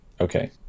Okay